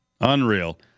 Unreal